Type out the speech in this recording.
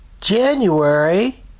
January